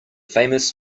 famous